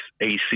ac